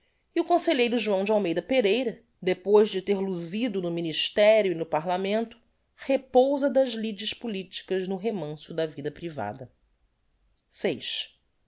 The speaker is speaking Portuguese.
e o conselheiro joão de almeida pereira depois de ter luzido no ministerio e no parlamento repousa das lides politicas no remanso da vida privada vi